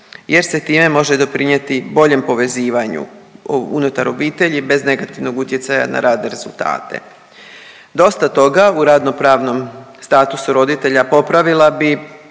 jer se time može doprinijeti boljem povezivanju unutar obitelji, bez negativnog utjecaja na rad i rezultate. Dosta toga u radnopravnom statusu roditelja popravila bi